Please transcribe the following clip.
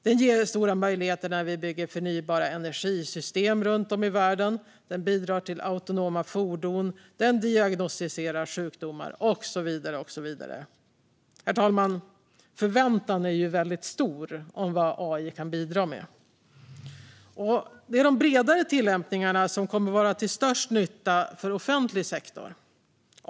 AI ger oss stora möjligheter när vi bygger system för förnybar energi runt om i världen, den bidrar med autonoma fordon, den diagnostiserar sjukdomar och så vidare. Herr talman! Förväntan är stor om vad AI kan bidra med, och det är de bredare tillämpningarna som kommer att vara till störst nytta för offentlig sektor.